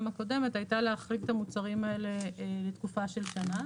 הקודמת הייתה להחריג את המוצרים האלה לתקופה של שנה